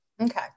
Okay